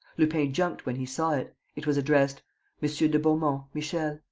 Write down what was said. lupin jumped when he saw it. it was addressed monsieur de beaumont, michel.